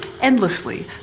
endlessly